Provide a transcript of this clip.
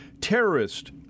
terrorist